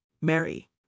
Mary